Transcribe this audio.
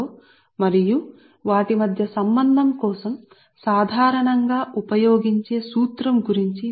మరియు loss factor మరియు load factor మధ్య సంబంధం కోసం ఆ సూత్రం ఫార్ముల సాధారణంగా ఉపయోగించబడుతుంది